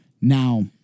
Now